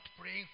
praying